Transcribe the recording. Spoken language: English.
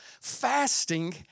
fasting